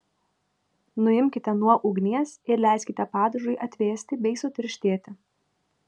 nuimkite nuo ugnies ir leiskite padažui atvėsti bei sutirštėti